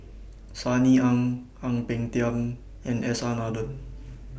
Sunny Ang Ang Peng Tiam and S R Nathan